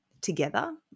together